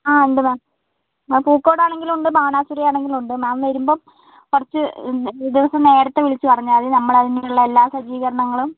ആ ഉണ്ട് ma'am ma'am Pookode ആണെങ്കിലും ഉണ്ട് ബാണാസുര ആണെങ്കിലും ഉണ്ട് മാം വരുമ്പം കുറച്ച് ഒരു ദിവസം നേരത്തെ വിളിച്ച് പറഞ്ഞാൽ മതി നമ്മൾ അതിനുള്ള എല്ലാ സജ്ജീകരങ്ങളും